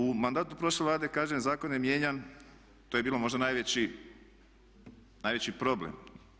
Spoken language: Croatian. U mandatu prošle Vlade kažem zakon je mijenjan, to je bilo možda najveći problem.